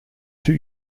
two